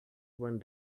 one